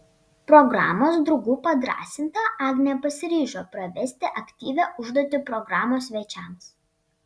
programos draugų padrąsinta agnė pasiryžo pravesti aktyvią užduotį programos svečiams